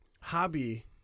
hobby